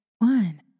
One